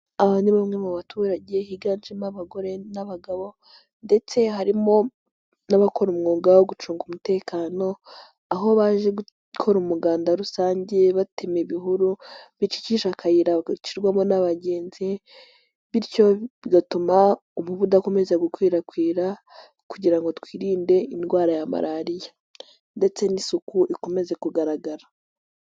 Aba ni bamwe mu baturage higanjemo abagore n'abagabo, ndetse harimo n'abakora umwuga wo gucunga umutekano, aho baje gu gukora umuganda rusange batema ibihuru bicikije akayira bagacirwamo n'abagenzi, bityo bigatuma umubu udakomeza gukwirakwira kugira ngo twirinde indwara ya malariya. Ndetse n'isuku ikomeze kugaragara.